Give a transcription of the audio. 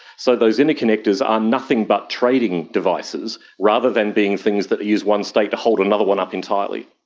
so those interconnectors are nothing but trading devices rather than being things that use one state to hold another one up entirely.